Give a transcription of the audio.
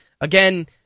again